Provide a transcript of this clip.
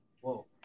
Whoa